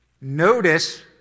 Notice